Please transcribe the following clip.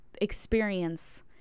experience